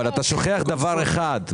אתה שוכח דבר אחד,